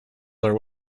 there